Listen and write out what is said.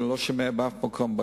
כי אני לא שומע על בעיות משום מקום.